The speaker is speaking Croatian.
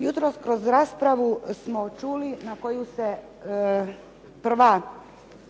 Jutros kroz raspravu smo čuli na koju se prva